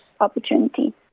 opportunity